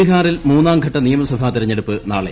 ബിഹാറിൽ മൂന്നാർഘട്ട നിയമസഭാ തെരഞ്ഞെടുപ്പ് ന് നാളെ